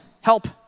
help